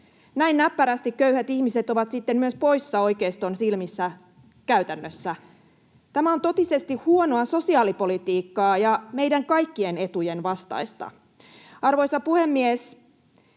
Näin näppärästi köyhät ihmiset ovat sitten myös poissa oikeiston silmistä, käytännössä. Tämä on totisesti huonoa sosiaalipolitiikkaa ja meidän kaikkien etujen vastaista. Arvoisa puhemies!